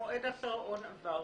ומועד הפירעון עבר.